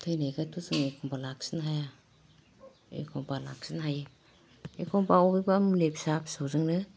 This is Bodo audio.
थैनायखौथ' जोङो एखमबा लाखिनो हाया एखमबा लाखिनो हायो एखमबा अबेबा मुलि फिसा फिसौ जोंनो